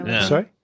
Sorry